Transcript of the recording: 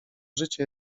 życie